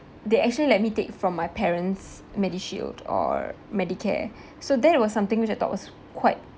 they actually let me take from my parents MediShield or Medicare so that was something which I thought was quite